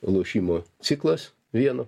lošimo ciklas vieno